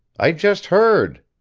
i just heard.